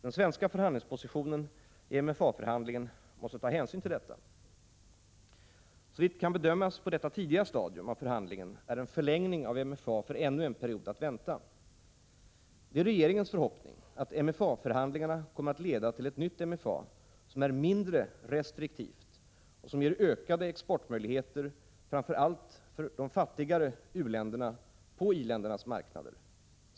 Den svenska förhandlingspositionen i MFA-förhandlingen gör att man måste ta hänsyn till detta. Såvitt kan bedömas på detta tidiga stadium av förhandlingen är en förlängning av MFA för ännu en period att vänta. Det är regeringens förhoppning att MFA förhandlingarna kommer att leda till ett nytt MFA som är mindre restriktivt och som ger ökade exportmöjligheter framför allt för de fattigare länderna på i-ländernas marknader.